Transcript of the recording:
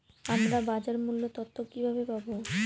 আমরা বাজার মূল্য তথ্য কিবাবে পাবো?